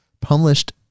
published